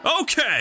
Okay